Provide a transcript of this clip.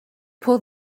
pull